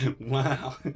Wow